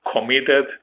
committed